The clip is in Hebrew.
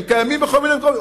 הם קיימים בכל מיני מקומות.